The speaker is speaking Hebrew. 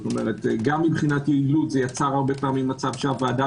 גם מבחינת יעילות זה יצר הרבה פעמים מצב שהוועדה